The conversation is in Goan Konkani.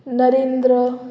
नरेंद्र